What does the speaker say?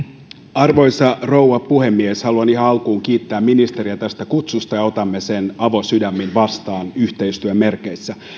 arvoisa rouva puhemies haluan ihan alkuun kiittää ministeriä tästä kutsusta otamme sen avosydämin vastaan yhteistyön merkeissä